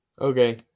Okay